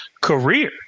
career